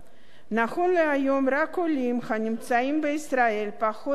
נכון להיום רק עולים הנמצאים בישראל פחות מעשר